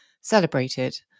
celebrated